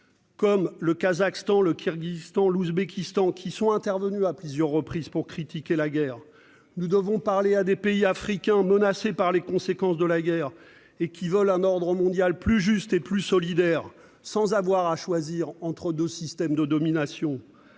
comme le Kirghizstan, le Kazakhstan, l'Ouzbékistan, qui sont intervenus à plusieurs reprises pour critiquer la guerre, et à des pays africains, menacés par les conséquences de celle-ci, et qui veulent un ordre mondial plus juste et plus solidaire, sans avoir à choisir entre deux systèmes de domination.